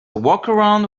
workaround